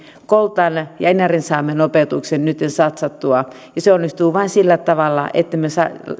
koltan ja inarinsaamen opetukseen nytten satsattua ja se onnistuu vain sillä tavalla että me